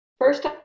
First